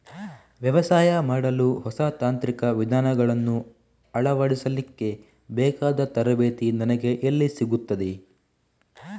ವ್ಯವಸಾಯ ಮಾಡಲು ಹೊಸ ತಾಂತ್ರಿಕ ವಿಧಾನಗಳನ್ನು ಅಳವಡಿಸಲಿಕ್ಕೆ ಬೇಕಾದ ತರಬೇತಿ ನನಗೆ ಎಲ್ಲಿ ಸಿಗುತ್ತದೆ?